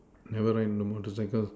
never ride a motorcycles